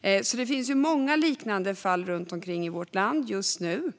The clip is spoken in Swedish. tvingas barnet att knyta an till någon annan vuxen. Det finns alltså många liknande fall runt omkring i vårt land just nu.